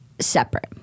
separate